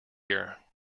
here